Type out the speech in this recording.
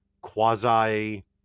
quasi